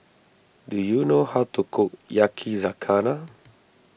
do you know how to cook Yakizakana